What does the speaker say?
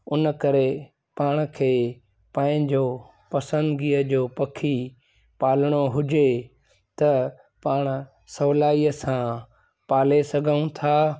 उन करे पाण खे पंहिंजो पसंदिगीअ जो पखी पालिणो हुजे त पाण सवलाईअ सां पाले सघूं था